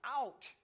out